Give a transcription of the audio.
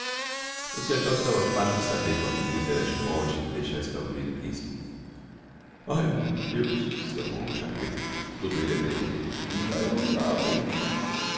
mozgliakov estava farto de saber que o argumento éra de molde a deixar espavorido o principe ai meu deus exclamou o jarrêta todo elle a tremer engaiolavam me